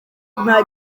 nta